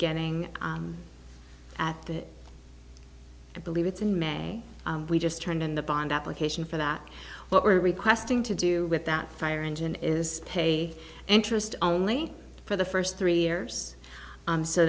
getting at the i believe it's in may we just turned in the bond application for that what we're requesting to do with that fire engine is pay interest only for the first three years